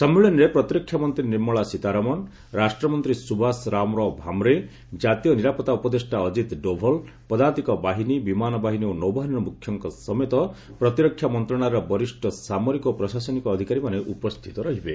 ସମ୍ମିଳନୀରେ ପ୍ରତିରକ୍ଷା ମନ୍ତ୍ରୀ ନିର୍ମଳା ସୀତାରମଣ ରାଷ୍ଟ୍ରମନ୍ତ୍ରୀ ସୁଭାଷ ରାମ୍ରାଓ ଭାମ୍ରେ ଜାତୀୟ ନିରାପତ୍ତା ଉପଦେଷ୍ଟା ଅଜିତ୍ ଡୋଭଲ ପଦାତିକ ବାହିନୀ ବିମାନ ବାହିନୀ ଓ ନୌବାହିନୀର ମୁଖ୍ୟଙ୍କ ସମେତ ପ୍ରତିରକ୍ଷା ମନ୍ତ୍ରଣାଳୟର ବରିଷ୍ଠ ସାମରୀକ ଓ ପ୍ରଶାସନିକ ଅଧିକାରୀମାନେ ଉପସ୍ଥିତ ରହିବେ